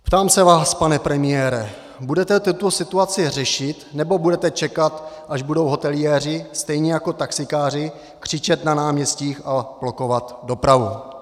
Ptám se vás, pane premiére, budete tuto situaci řešit, nebo bude čekat, až budou hoteliéři, stejně jako taxikáři, křičet na náměstích a blokovat dopravu?.